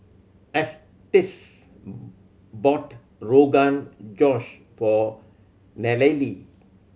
Estes bought Rogan Josh for Nallely